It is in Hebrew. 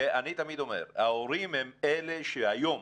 ואני תמיד אומר: ההורים הם אלה שהיום